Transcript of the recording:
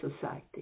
society